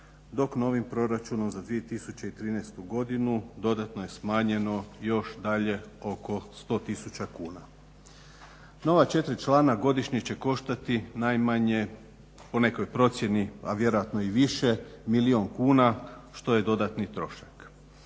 dok novim Proračunom za 2013. godinu dodatno je smanjeno još dalje oko 100000 kuna. Nova 4 člana godišnje će koštati najmanje po nekoj procjeni, a vjerojatno i više milijun kuna što je dodatni trošak.